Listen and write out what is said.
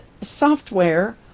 software